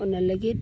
ᱚᱱᱟ ᱞᱟᱹᱜᱤᱫ